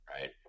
Right